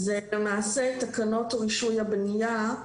למעשה תקנות רישוי הבניה,